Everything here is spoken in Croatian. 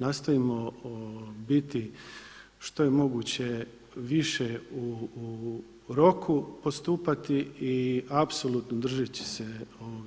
Nastojimo biti što je moguće više u roku postupati i apsolutno držeći se